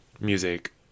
music